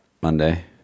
Monday